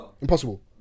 impossible